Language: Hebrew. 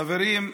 חברים,